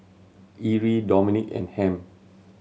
Irl Dominique and Ham